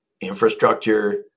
infrastructure